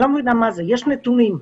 יש נתונים,